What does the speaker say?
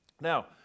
Now